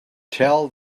tell